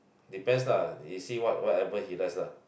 depends lah you see what whatever he likes lah